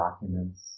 documents